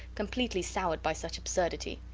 completely soured by such absurdity.